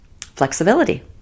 flexibility